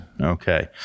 Okay